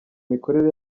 mikorere